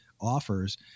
offers